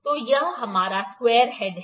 तो यह हमारा स्क्वायर हेड है